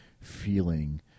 feeling